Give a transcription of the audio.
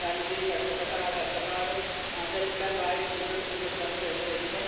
ഗാന്ധിജി കഷ്ടപ്പെട്ട ആ കഷ്ടപ്പാടും അതെല്ലാം വായിച്ച് മുന്നോട്ടു മുന്നോട്ടു വന്നു കഴിഞ്ഞു കഴിഞ്ഞപ്പോൾ